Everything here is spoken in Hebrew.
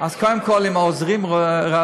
אז קודם כול, אם העוזרים רבים,